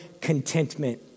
contentment